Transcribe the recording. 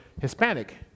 Hispanic